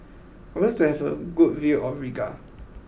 I would like to have a good view of Riga